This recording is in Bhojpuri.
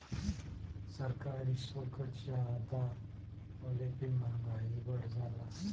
सरकारी सुल्क जादा होले पे मंहगाई बढ़ जाला